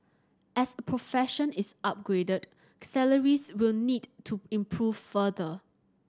as profession is upgraded salaries will need to improve further